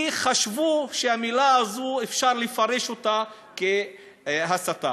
כי חשבו שהמילה הזאת, אפשר לפרש אותה כהסתה.